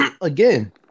again